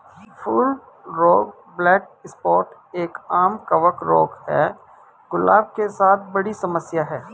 फूल रोग black spot एक, आम कवक रोग है, गुलाब के साथ बड़ी समस्या है